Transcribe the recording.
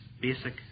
basic